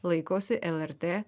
laikosi lrt